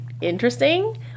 interesting